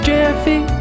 Jeffy